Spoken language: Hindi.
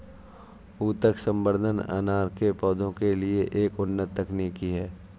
ऊतक संवर्धन अनार के पौधों के लिए एक उन्नत तकनीक है